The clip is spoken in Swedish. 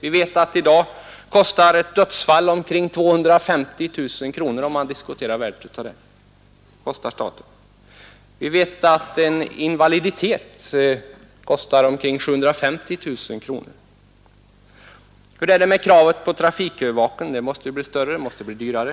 I dag kostar ett dödsfall staten onikring.250 000 kronor, om man skall räkna i pengar. En invaliditet kostar omkring 750 000 kronor. Hur är det med kravet på trafikövervakningen? Den måste bli större och verksamheten därmed dyrare.